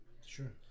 Sure